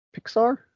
Pixar